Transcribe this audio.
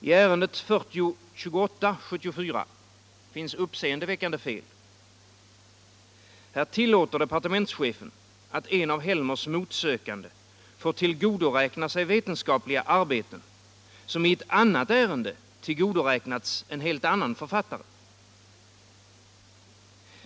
I ärendet 4028/74 finns uppseväckande fel. Här tillåter departementschefen att en av Helmers medsökande får tillgodoräkna sig vetenskapliga arbeten, som i ett annat ärende har tillgodoräknats en annan författare.